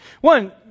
One